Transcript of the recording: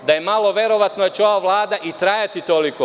Malo je verovatno da će ova Vlada i trajati toliko.